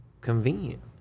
Convenient